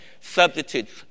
substitutes